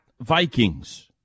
Vikings